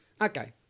Okay